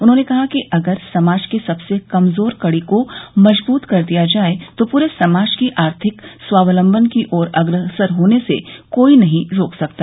उन्होंने कहा कि अगर समाज के सबसे कमजोर कड़ी को मजबूत कर दिया जाये तो पूरे समाज की आर्थिक स्वावलम्बन की ओर अग्रसर होने से कोई नहीं रोक सकता